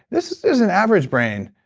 this is an average brain.